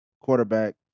quarterback